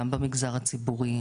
גם במגזר הציבורי,